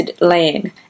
land